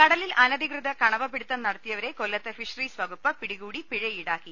കടലിൽ അനധികൃത കണവ പിടുത്തം നടത്തിയവരെ കൊല്ലത്ത് ഫിഷറീസ് വകുപ്പ് പിടികൂടി പിഴ ഈടാക്കി